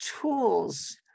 tools